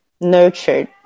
nurtured